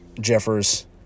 Jeffers